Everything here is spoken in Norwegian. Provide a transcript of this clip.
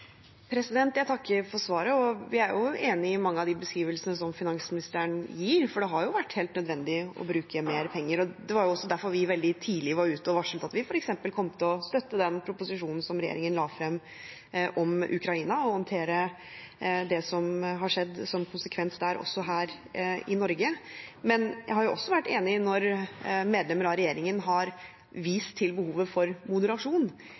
Jeg takker for svaret. Vi er enig i mange av de beskrivelsene som finansministeren gir, for det har vært helt nødvendig å bruke mer penger. Det var også derfor vi veldig tidlig var ute og varslet at vi f.eks. kom til å støtte den proposisjonen som regjeringen la frem om Ukraina, og håndtere det som har skjedd som konsekvens der, også her i Norge. Men jeg har også vært enig når medlemmer av regjeringen har vist til behovet for moderasjon,